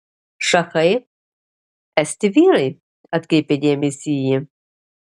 šachai esti vyrai atkreipė dėmesį ji